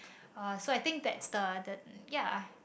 uh so I think that's the the ya